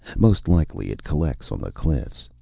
most likely it collects on the cliffs.